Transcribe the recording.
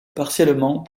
partiellement